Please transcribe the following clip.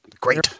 Great